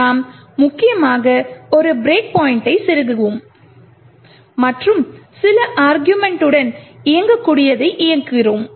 நாம் முக்கியமாக ஒரு பிரேக் பாயிண்டை செருகுவோம் மற்றும் சில அருகுமெண்ட்டுடன் இயங்கக்கூடியதை இயக்குகிறோம்